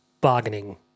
bargaining